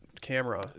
camera